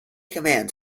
commands